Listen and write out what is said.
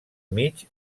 mig